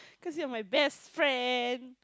cause you are my best friend